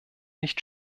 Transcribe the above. nicht